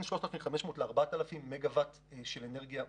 3,500 ל-4,000 מגה וואט של אנרגיה מותקנת,